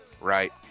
right